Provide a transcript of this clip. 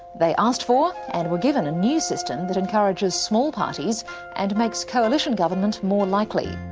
they asked for, and were given, a new system that encourages small parties and makes coalition government more likely.